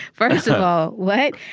first of all, what?